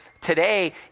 today